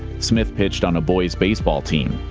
smith pitched on a boys' baseball team.